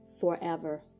forever